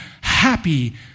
happy